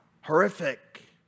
Horrific